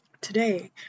Today